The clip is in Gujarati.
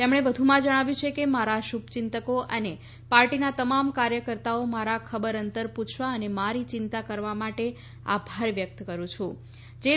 તેમણે વધુમાં જણાવ્યું છે કે મારા શુભ ચિંતકો અને પાર્ટીના તમામ કાર્યકર્તાઓનો મારા ખબર અંતર પુછવા અને મારી ચિંતા કરવા માટે આભાર વ્યક્ત કરું છું